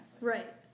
right